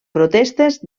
protestes